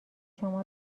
شما